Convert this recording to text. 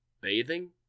bathing